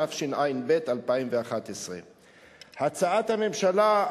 התשע"ב 2011. הצעת הממשלה,